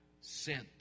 sent